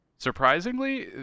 Surprisingly